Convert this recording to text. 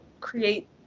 create